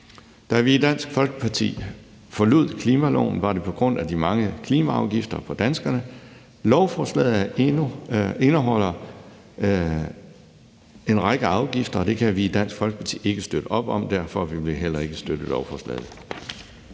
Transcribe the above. Da vi i Dansk Folkeparti forlod forhandlingerne om klimaloven, var det på grund af de mange klimaafgifter til danskerne. Lovforslaget indeholder endnu en række afgifter, og det kan vi i Dansk Folkeparti ikke støtte op om. Derfor vil vi heller ikke støtte lovforslaget.